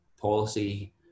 policy